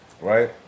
right